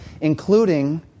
including